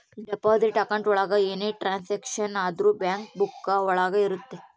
deposit account ಒಳಗ ಏನೇ transaction ಆದ್ರೂ ಬ್ಯಾಂಕ್ ಬುಕ್ಕ ಒಳಗ ಇರುತ್ತೆ